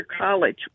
college